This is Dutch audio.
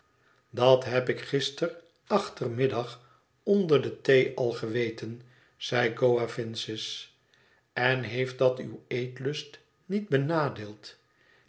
dat heb ik gi sterachtermiddag onder de thee al geweten zeide coavinses en heeft dat uw eetlust niet benadeeld